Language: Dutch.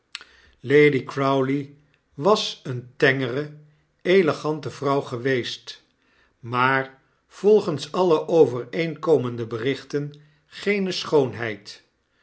lady crowley was eene tengere elegante vrouw geweest maar volgens alle overeenkomende berichten geene schoonheid